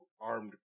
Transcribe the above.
armed